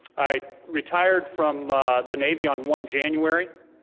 i retired from the navy on one january.